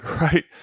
right